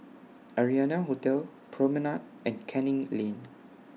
Arianna Hotel Promenade and Canning Lane